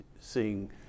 seeing